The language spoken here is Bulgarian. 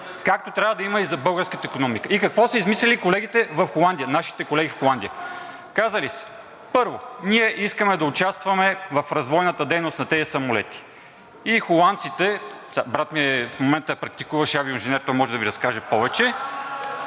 както трябва да има и за българската икономика. И какво са измислили нашите колеги в Холандия? Казали са: първо, ние искаме да участваме в развойната дейност на тези самолети и холандците… Брат ми в момента е практикуващ авиоинженер и той може да Ви разкаже повече.